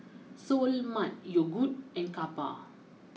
Seoul Mart Yogood and Kappa